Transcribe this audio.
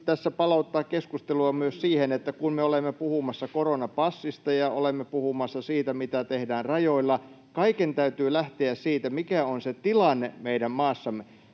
tässä palauttaa keskustelua myös siihen, että kun me olemme puhumassa koronapassista ja olemme puhumassa siitä, mitä tehdään rajoilla, kaiken täytyy lähteä siitä, mikä on se tilanne meidän maassamme.